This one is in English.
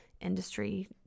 industry